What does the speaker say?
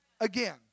again